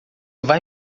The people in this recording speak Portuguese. vai